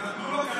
אבל,